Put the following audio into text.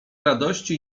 radości